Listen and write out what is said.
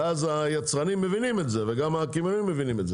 ואז היצרנים מבינים את זה וגם הקמעונאים מבינים את זה,